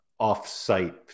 offsite